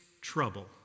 trouble